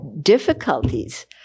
difficulties